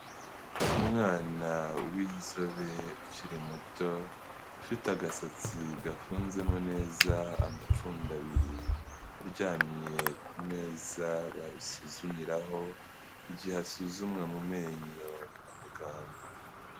Umwana w'inzobe ukiri muto ufite agasatsi gafunzemo neza amapfundo abiri, uryamye ku meza basuzumiraho igihe asuzumwa mu menyo na muganga.